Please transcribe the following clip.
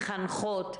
למחנכות,